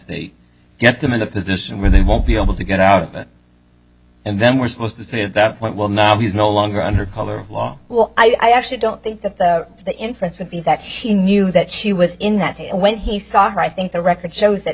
they get them in a position where they won't be able to get out of it and then we're supposed to say that went well now he's no longer under color of law well i actually don't think that the inference would be that he knew that she was in that he when he saw her i think the record shows that